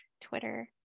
Twitter